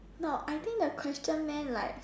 no I think the question meant like